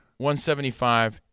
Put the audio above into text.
175